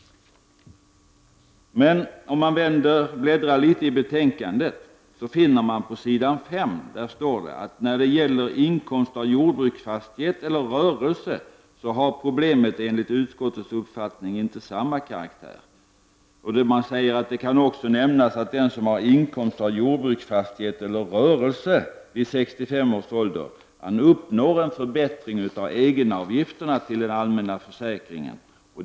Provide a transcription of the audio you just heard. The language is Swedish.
Men om man bläddrar till s. 5 i betänkandet. Finner man att där står: ”När det gäller inkomst av jordbruksfastighet eller rörelse har problemen enligt utskottets uppfattning inte samma karaktär.” I betänkandet står det även att det också kan nämnas att den som har inkomst av jordbruksfastighet eller rörelse vid 65 års ålder uppnår en förbättring när det gäller egenavgifterna till den allmänna försäkringen.